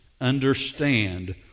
understand